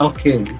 Okay